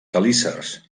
quelícers